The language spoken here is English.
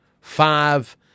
Five